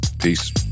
Peace